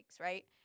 right